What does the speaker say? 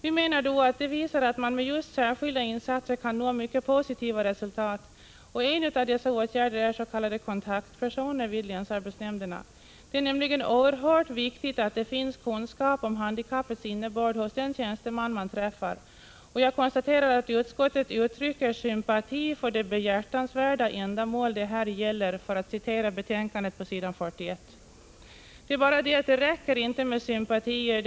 Vi menar att detta visar att man med särskilda insatser kan nå mycket positiva resultat. En sådan åtgärd är systemet med s.k. kontaktpersoner vid länsarbetsnämnderna. Det är nämligen oerhört viktigt att det finns kunskap om handikappets innebörd hos den tjänsteman man träffar. Jag konstaterar att utskottet uttrycker sympati för ”det behjärtansvärda ändamål det här gäller” — för att citera betänkandet på s. 41. Det är bara det att det inte räcker med sympatier.